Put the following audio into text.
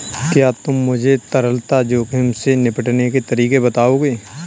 क्या तुम मुझे तरलता जोखिम से निपटने के तरीके बताओगे?